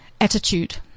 Attitude